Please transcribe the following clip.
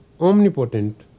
omnipotent